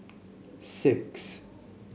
six